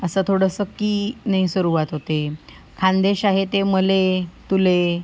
असं थोडंसं की ने सुरवात होते खान्देश आहे ते मले तुले